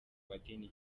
madini